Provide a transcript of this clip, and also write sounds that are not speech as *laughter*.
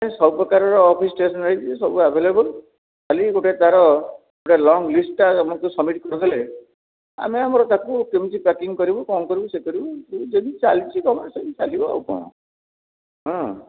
ସବୁ ପ୍ରକାରର office stationery ସବୁ ଆଭେଲେବୁଲ୍ ଖାଲି ଗୋଟେ ତା'ର ଗୋଟେ ଲଙ୍ଗ୍ ଲିଷ୍ଟଟା ମୋତେ ସବ୍ମିଟ୍ କରିଦେଲେ ଆମେ ଆମର ତାକୁ କେମିତି ପ୍ୟାକିଂ କରିବୁ କ'ଣ କରିବୁ ସିଏ କରିବୁ *unintelligible* ଚାଲିଛି କାମ ସିଏ ଚାଲିବ ଆଉ କ'ଣ ହଁ